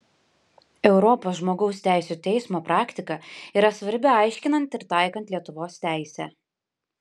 europos žmogaus teisių teismo praktika yra svarbi aiškinant ir taikant lietuvos teisę